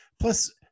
Plus